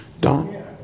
Don